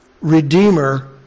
Redeemer